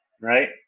Right